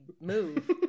move